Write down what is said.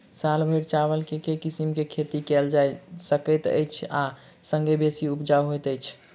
साल भैर चावल केँ के किसिम केँ खेती कैल जाय सकैत अछि आ संगे बेसी उपजाउ होइत अछि?